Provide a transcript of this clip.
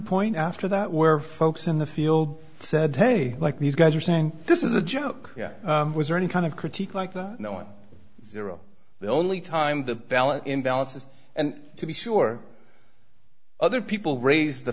point after that where folks in the field said they like these guys are saying this is a joke was there any kind of critique like that no one zero the only time the balance in balance is and to be sure other people raise the